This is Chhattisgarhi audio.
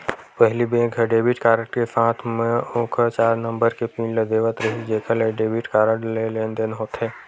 पहिली बेंक ह डेबिट कारड के साथे म ओखर चार नंबर के पिन ल देवत रिहिस जेखर ले डेबिट कारड ले लेनदेन होथे